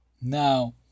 now